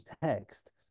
text